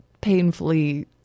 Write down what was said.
painfully